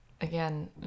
again